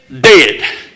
dead